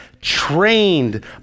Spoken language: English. trained